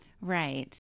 Right